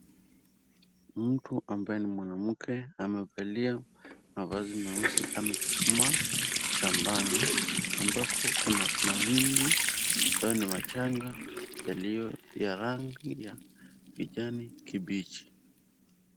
Mtu ambaye ni mwanamke, amevalia mavazi meusi. Amechuchumaa shambani, ambako kuna mahindi ambayo ni machanga, yaliyo na rangi ya kijani kibichi.